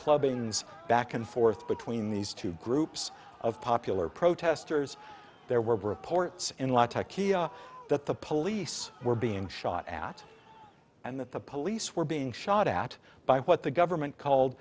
clubbing back and forth between these two groups of popular protesters there were bridgeport's in lattakia that the police were being shot at and that the police were being shot at by what the government called